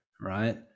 right